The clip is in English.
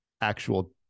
actual